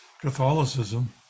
Catholicism